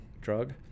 drug